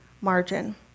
margin